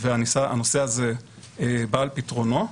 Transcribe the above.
והנושא הזה בא על פתרונו,